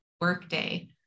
workday